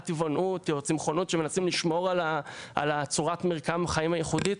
טבעונית או צמחונית שמנסים לשמור על צורת מרקם החיים הייחודית.